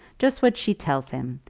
just what she tells him.